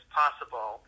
possible